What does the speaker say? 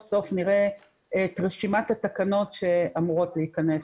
סוף נראה את רשימת התקנות שאמורות להיכנס.